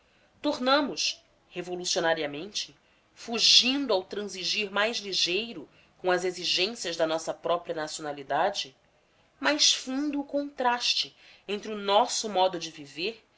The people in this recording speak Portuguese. tornamos revolucionariamente fugindo ao transigir mais ligeiro com as exigências da nossa própria nacionalidade mais fundo o contraste entre o nosso modo de viver